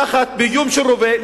תחת איום של רובה,